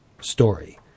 story